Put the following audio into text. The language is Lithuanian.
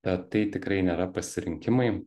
bet tai tikrai nėra pasirinkimai